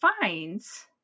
finds